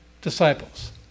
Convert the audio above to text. disciples